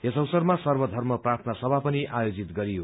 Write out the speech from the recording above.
यस अवसरमा सर्वधर्म प्रार्थना सभा पनि आयोजित गरियो